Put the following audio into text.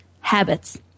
habits